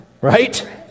Right